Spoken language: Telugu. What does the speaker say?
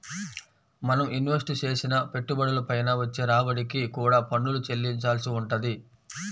మనం ఇన్వెస్ట్ చేసిన పెట్టుబడుల పైన వచ్చే రాబడికి కూడా పన్నులు చెల్లించాల్సి వుంటది